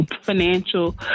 financial